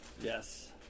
Yes